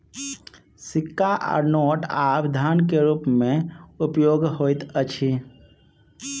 सिक्का आ नोट आब धन के रूप में उपयोग होइत अछि